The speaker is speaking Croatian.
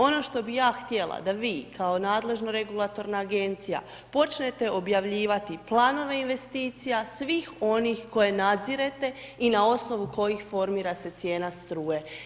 Ono što bi ja htjela, da vi, kao nadležno regulatoran agencija, počnete objavljivati planove investicije svih onih koje nadzirete i na osnovu kojih formira se cijena struje.